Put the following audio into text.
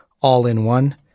all-in-one